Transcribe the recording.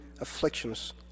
afflictions